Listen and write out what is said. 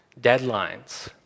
deadlines